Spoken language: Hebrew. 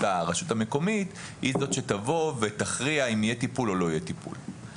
הרשות המקומית היא זו שתכריע אם יהיה טיפול או לא יהיה טיפול.